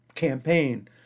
campaign